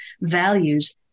values